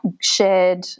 shared